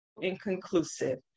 inconclusive